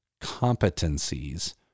competencies